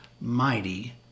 mighty